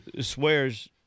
swears